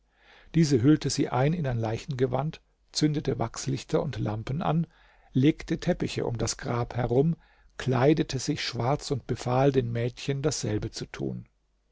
diese hüllte sie in ein leichengewand zündete wachslichter und lampen an legte teppiche um das grab herum kleidete sich schwarz und befahl den mädchen dasselbe zu tun